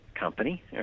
company